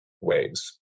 waves